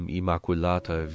immaculata